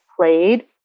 played